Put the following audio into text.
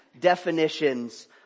definitions